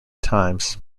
times